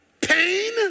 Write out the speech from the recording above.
Pain